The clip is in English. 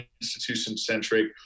institution-centric